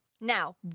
Now